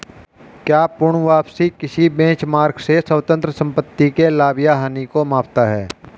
क्या पूर्ण वापसी किसी बेंचमार्क से स्वतंत्र संपत्ति के लाभ या हानि को मापता है?